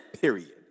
Period